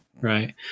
Right